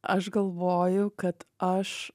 aš galvoju kad aš